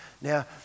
Now